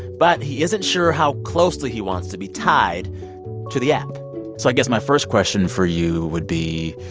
but he isn't sure how closely he wants to be tied to the app so i guess my first question for you would be,